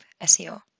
SEO